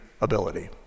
ability